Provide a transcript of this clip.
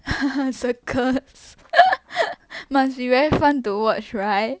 circles must be very fun to watch right